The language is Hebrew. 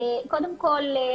קודם כל,